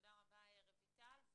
תודה רבה, רויטל.